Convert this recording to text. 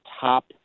top